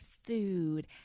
food